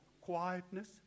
quietness